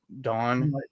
Dawn